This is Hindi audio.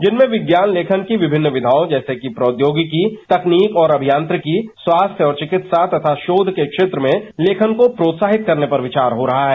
जिनमें विज्ञान लेखन की विभिन्न विधाओं जैसे प्रौद्योगिकी तकनीक और अभियांत्रिकी स्वास्थ्य और चिकित्सा तथा शोध को क्षेत्र में लेखन को प्रोत्साहित करने पर विचार हो रहा है